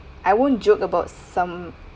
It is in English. I won't joke about some